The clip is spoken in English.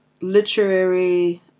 literary